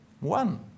one